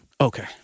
Okay